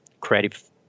creative